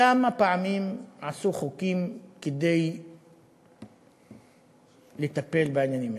כמה פעמים עשו חוקים כדי לטפל בעניינים האלה,